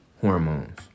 hormones